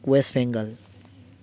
west Bengal